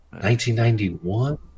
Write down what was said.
1991